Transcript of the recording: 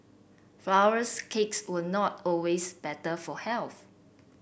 flowers cakes were not always better for health